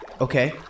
Okay